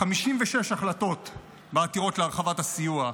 56 החלטות בעתירות להרחבת הסיוע,